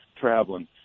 traveling